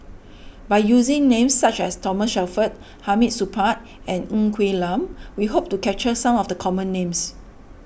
by using names such as Thomas Shelford Hamid Supaat and Ng Quee Lam we hope to capture some of the common names